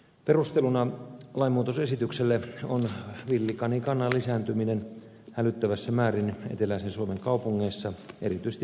perusteluna lainmuutosesitykselle on villikanikannan lisääntyminen hälyttävässä määrin eteläisen suomen kaupungeissa erityisesti pääkaupunkiseudulla